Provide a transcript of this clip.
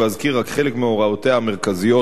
ואזכיר רק חלק מהוראותיה המרכזיות.